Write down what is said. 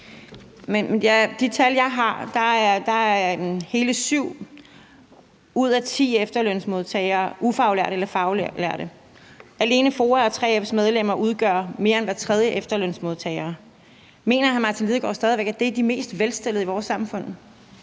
de tal, jeg har, er hele 7 ud af 10 efterlønsmodtagere ufaglærte eller faglærte. Alene FOA og 3F's medlemmer udgør mere end hver tredje efterlønsmodtager. Mener hr. Martin Lidegaard stadig væk, at det er de mest velstillede i vores samfund?